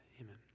Amen